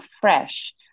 fresh